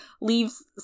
leaves